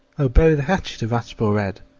o bury the hatchet, irascible red,